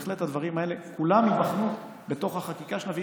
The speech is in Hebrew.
בהחלט הדברים האלה כולם ייבחנו בחקיקה שנביא.